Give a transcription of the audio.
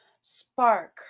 spark